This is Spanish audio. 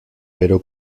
pero